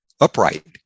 upright